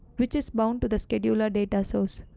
which is bound to the scheduler data source.